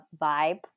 vibe